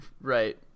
Right